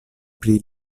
pri